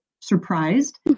surprised